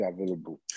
available